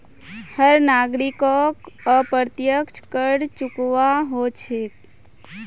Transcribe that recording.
हर नागरिकोक अप्रत्यक्ष कर चुकव्वा हो छेक